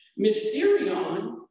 Mysterion